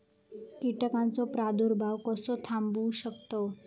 कीटकांचो प्रादुर्भाव कसो थांबवू शकतव?